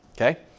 Okay